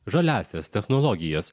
žaliąsias technologijas